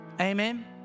Amen